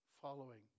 following